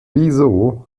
wieso